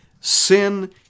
sin